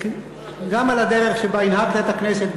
גם על הדרך שבה הנהגת את הכנסת,